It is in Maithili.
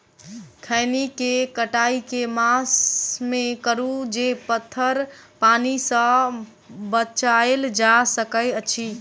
खैनी केँ कटाई केँ मास मे करू जे पथर पानि सँ बचाएल जा सकय अछि?